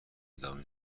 ادامه